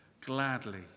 gladly